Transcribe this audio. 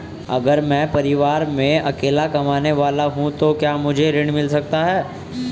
अगर मैं परिवार में अकेला कमाने वाला हूँ तो क्या मुझे ऋण मिल सकता है?